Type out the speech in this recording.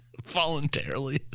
Voluntarily